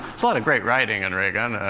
lot of great writing in ray gun.